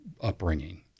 upbringing